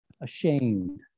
ashamed